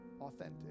Authentic